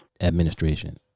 administration